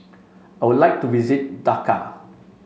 I would like to visit Dhaka